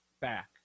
back